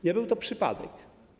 Nie był to przypadek.